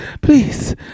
Please